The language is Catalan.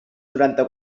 noranta